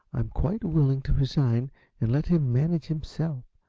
i'm quite willing to resign and let him manage himself.